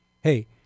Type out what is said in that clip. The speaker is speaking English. hey